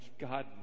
God